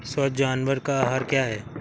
स्वस्थ जानवर का आहार क्या है?